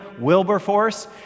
Wilberforce